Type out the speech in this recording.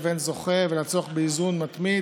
בין נושה לבין זוכה ולצורך באיזון מתמיד.